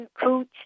cooch